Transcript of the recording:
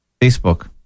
Facebook